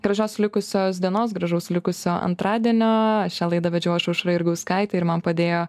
gražios likusios dienos gražaus likusio antradienio šią laidą vedžiau aš aušra jurgauskaitė ir man padėjo